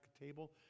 table